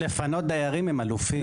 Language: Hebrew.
לפנות דיירים הם אלופים.